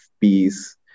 peace